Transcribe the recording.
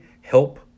help